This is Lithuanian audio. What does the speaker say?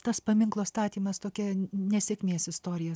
tas paminklo statymas tokia nesėkmės istorija